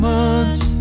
months